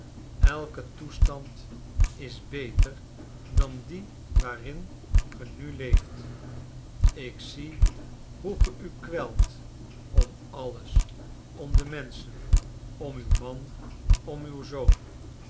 elke toestand is beter dan die waarin ge nu leeft ik zie hoe ge u kwelt om alles om de menschen om uw man om uw zoon